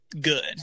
good